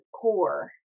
core